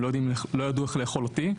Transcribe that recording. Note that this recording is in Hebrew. לא ידעו איך ״לאכול״ אותי.